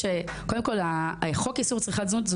וכל פעם שיש את הביטויים האלו של זנות